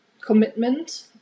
Commitment